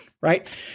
right